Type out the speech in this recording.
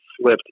slipped